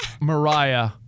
Mariah